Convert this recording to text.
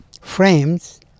frames